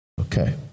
Okay